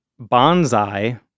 bonsai